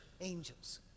angels